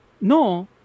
No